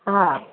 हा